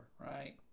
right